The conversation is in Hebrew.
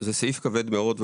זה סעיף כבד מאוד,